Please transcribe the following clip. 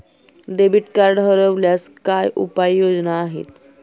Debit card हरवल्यास काय उपाय योजना आहेत?